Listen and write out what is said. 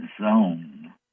zone